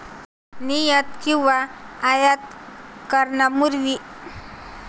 निर्यात किंवा आयात करण्यापूर्वी व्यापारातील अडथळे मुक्त व्यापारात अडथळा आणतात